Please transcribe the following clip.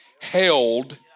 held